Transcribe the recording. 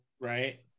right